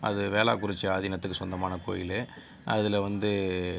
அது வேலாக்குறிச்சி ஆதீனத்துக்கு சொந்தமான கோவிலு அதில் வந்து